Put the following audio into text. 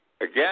again